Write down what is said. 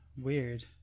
weird